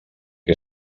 que